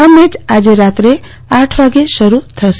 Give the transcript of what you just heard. આ મેચ આજે રાત્રે આઠ વાગે શરૂ થશે